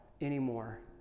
anymore